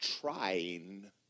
Trying